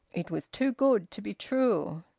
it was too good to be true.